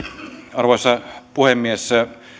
arvoisa puhemies